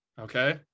okay